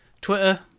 Twitter